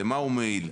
למה הוא מועיל.